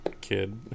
kid